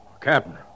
Captain